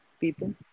people